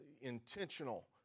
intentional